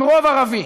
עם רוב ערבי.